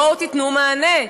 בואו תיתנו מענה,